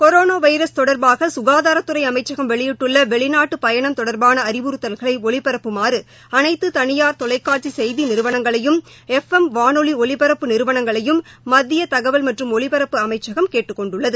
corona virus தொடர்பாக சுகாதாரத்துறை அமைச்சகம் வெளியிட்டுள்ள வெளிநாட்டு பயணம் தொடர்பான அறிவுறுத்தல்களை ஒலிபரப்புமாறு அனைத்து தளியார் தொலைக்காட்சி செய்தி நிறுவனங்களையும் மற்றும் எப் எம் வானொலி ஒலிபரப்பு நிறுவனங்களையும் மத்திய தகவல் மற்றும் ஒலிபரப்பு அமைச்சகம் கேட்டுக்கொண்டுள்ளது